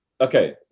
Okay